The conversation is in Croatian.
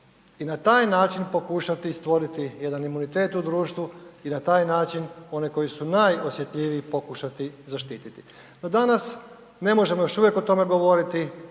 i na taj način pokušati stvoriti jedan imunitet u društvu i na taj način one koji su najosjetljiviji pokušati zaštititi. No danas ne možemo još uvijek o tome govoriti,